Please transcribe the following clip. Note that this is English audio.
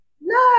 No